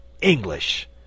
English